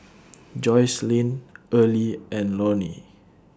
Joycelyn Earlie and Lorine